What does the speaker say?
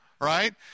right